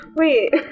Wait